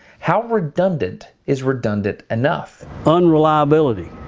how redundant is redundant enough? unreliability,